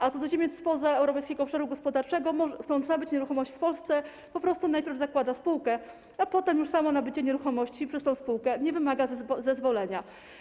A cudzoziemiec spoza europejskiego obszaru gospodarczego, chcąc nabyć nieruchomość w Polsce, po prostu najpierw zakłada spółkę, a potem już samo nabycie nieruchomości przez tę spółkę nie wymaga zezwolenia.